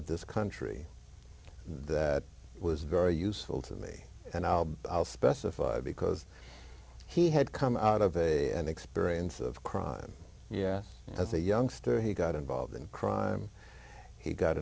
of this country that was very useful to me and i'll i'll specify because he had come out of a an experience of crime yes as a youngster he got involved in crime he got